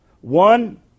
One